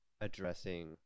addressing